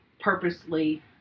purposely